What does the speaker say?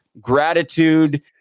Gratitude